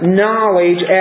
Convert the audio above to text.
knowledge